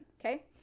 okay